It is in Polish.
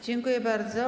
Dziękuję bardzo.